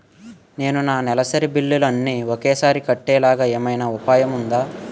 నేను నా నెలసరి బిల్లులు అన్ని ఒకేసారి కట్టేలాగా ఏమైనా ఉపాయం ఉందా?